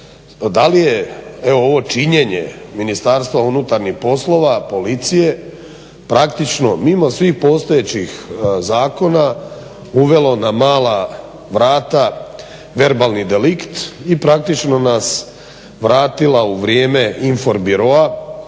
da li je evo ovo činjenje Ministarstva unutarnjih poslova, Policije praktično mimo svih postojećih zakona uvelo na mala vrata verbalni delikt i praktično nas vratila u vrijeme info biroa